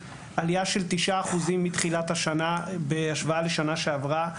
עלייה של 9% אחוזים מתחילת השנה בהשוואה לשנה שעברה,